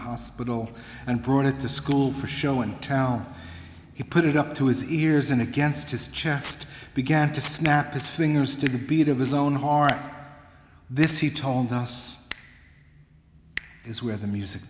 hospital and brought it to school for show and tell he put it up to his ears and against his chest began to snap his fingers to the beat of his own heart this he told us is where the music